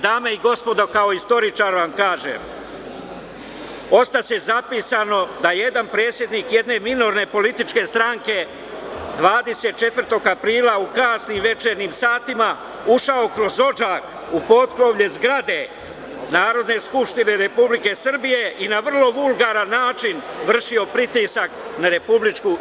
Dame i gospodo, kao istoričar vam kažem, ostaće zapisano da jedan predsednik jedne minorne političke stranke 24. aprila u kasnim večernjim satima je ušao kroz odžak u potkrovlje zgrade Narodne skupštine Republike Srbije i na vrlo vulgaran način vršio je pritisak na RIK.